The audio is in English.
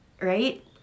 right